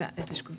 (הצגת מצגת)